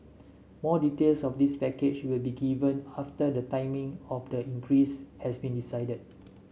more details of this package will be given after the timing of the increase has been decided